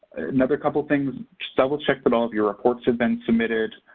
another couple things, just double check that all of your reports have been submitted,